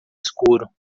escuro